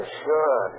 sure